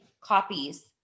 copies